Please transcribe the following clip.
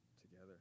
together